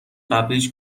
قبلیش